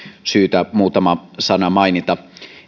syytä muutama sana mainita